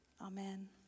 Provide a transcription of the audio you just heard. Amen